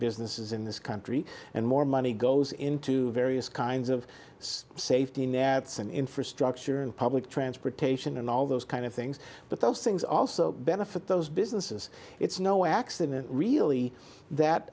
businesses in this country and more money goes into various kinds of safety nets and infrastructure and public transportation and all those kind of things but those things also benefit those businesses it's no accident really that